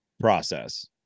process